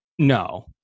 No